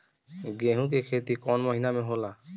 गेहूं के खेती कौन महीना में होला?